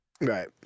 Right